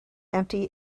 empty